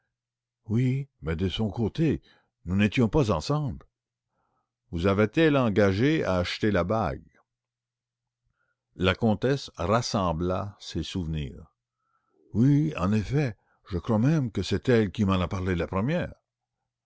oui mais de son côté nous n'étions pas ensemble elle vous avait engagée à acheter la bague la comtesse rassembla ses souvenirs oui en effet je crois même que c'est elle qui m'en a parle la première